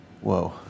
whoa